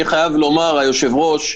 אני חייב לומר, היושב-ראש,